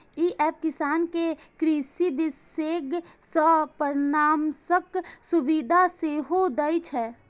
ई app किसान कें कृषि विशेषज्ञ सं परामर्शक सुविधा सेहो दै छै